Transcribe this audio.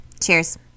Cheers